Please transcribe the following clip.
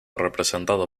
representado